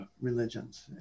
religions